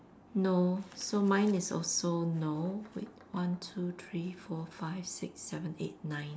no so mine is also no wait one two three four five six seven eight nine